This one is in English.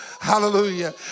Hallelujah